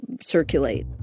circulate